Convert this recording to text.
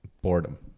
boredom